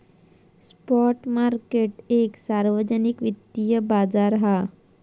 spot market एक सार्वजनिक वित्तिय बाजार हा